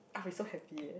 I'll be so happy eh